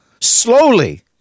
Slowly